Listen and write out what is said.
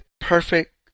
perfect